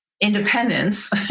independence